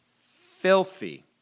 filthy